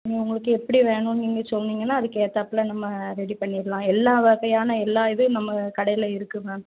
உங்களுக்கு எப்படி வேணும்னு நீங்கள் சொன்னீங்கன்னா அதுக்கேற்றாப்புல நம்ம ரெடி பண்ணிடலாம் எல்லா வகையான எல்லா இதுவும் நம்ம கடையில் இருக்குது மேம்